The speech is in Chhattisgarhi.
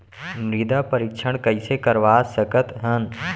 मृदा परीक्षण कइसे करवा सकत हन?